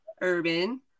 urban